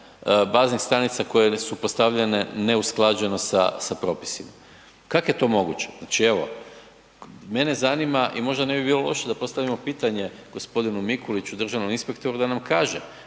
baznih stanica koje su postavljene neusklađeno sa propisima. Kako je to moguće? Znači evo mene zanima i možda ne bi bilo loše da postavimo pitanje gospodinu Mikuliću državnom inspektoru da nam kaže